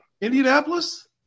Indianapolis